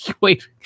Wait